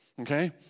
Okay